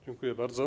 Dziękuję bardzo.